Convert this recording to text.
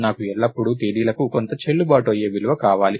నాకు ఎల్లప్పుడూ తేదీలకు కొంత చెల్లుబాటు అయ్యే విలువ కావాలి